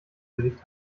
gesicht